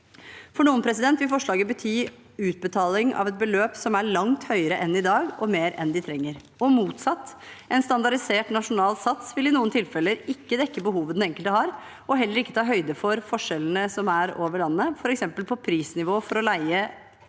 For noen vil forslaget bety utbetaling av et beløp som er langt høyere enn i dag, og mer enn de trenger – og motsatt: En standardisert nasjonal sats vil i noen tilfeller ikke dekke behovet den enkelte har og heller ikke ta høyde for forskjellene som er over landet, f.eks. ved at prisnivået for å leie bolig